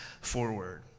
forward